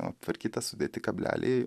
aptvarkytas sudėti kableliai